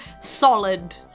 solid